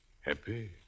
Happy